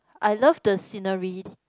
I love the scenery